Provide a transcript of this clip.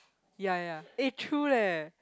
ya ya eh true leh